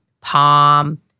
palm